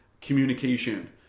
communication